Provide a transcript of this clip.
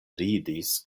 ridis